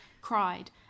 cried